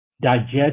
digest